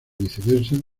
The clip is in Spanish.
viceversa